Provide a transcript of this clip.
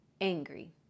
angry